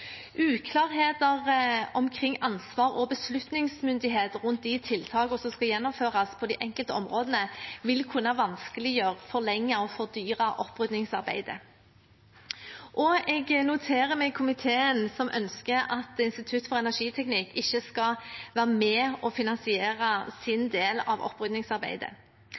Uklarheter omkring ansvar og beslutningsmyndighet rundt de tiltakene som skal gjennomføres på de enkelte områdene, vil kunne vanskeliggjøre, forlenge og fordyre oppryddingsarbeidet. Jeg noterer meg at komiteen ønsker at Institutt for energiteknikk ikke skal være med på å finansiere sin del av oppryddingsarbeidet.